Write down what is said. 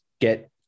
Get